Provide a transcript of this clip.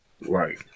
Right